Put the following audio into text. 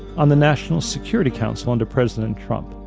on the national security council under president trump.